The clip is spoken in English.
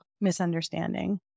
misunderstanding